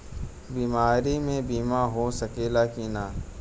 बीमारी मे बीमा हो सकेला कि ना?